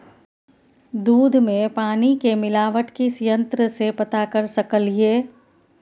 दूध में पानी के मिलावट किस यंत्र से पता कर सकलिए?